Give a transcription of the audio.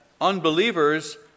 unbelievers